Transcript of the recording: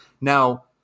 Now